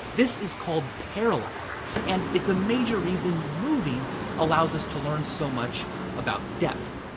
this is called parallax and it's a major reason moving allows us to learn so much about depth.